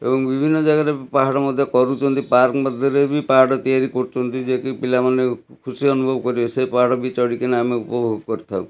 ଏବଂ ବିଭିନ୍ନ ଜାଗାରେ ପାହାଡ଼ ମଧ୍ୟ କରୁଛନ୍ତି ପାର୍କ ମଧ୍ୟରେ ବି ପାହାଡ଼ ତିଆରି କରୁଛନ୍ତି ଯେ କି ପିଲାମାନେ ଖୁସି ଅନୁଭବ କରିବେ ସେ ପାହାଡ଼ ବି ଚଢ଼ିକି ନା ଆମେ ଉପଭୋଗ କରିଥାଉ